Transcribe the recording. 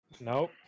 nope